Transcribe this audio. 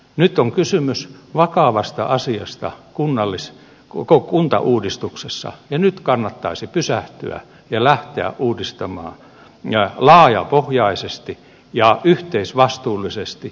nyt on kysymys vakavasta asiasta kuntauudistuksessa ja nyt kannattaisi pysähtyä ja lähteä uudistamaan laajapohjaisesti ja yhteisvastuullisesti